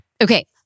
Okay